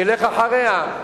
שילך אחריה.